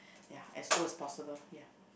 ya as old as possible ya